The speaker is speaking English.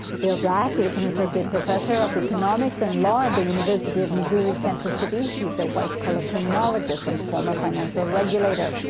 bill black is an associate professor of economics and law at the university of missouri kansas city. he's a white-collar criminologist and former financial regulator.